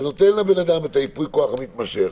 שנותן לבן אדם את הייפוי כוח המתמשך,